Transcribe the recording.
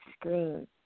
screen